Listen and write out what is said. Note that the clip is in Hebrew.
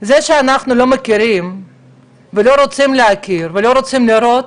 זה שאנחנו לא מכירים ולא רוצים להכיר ולא רוצים לראות,